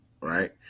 right